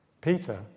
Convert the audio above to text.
Peter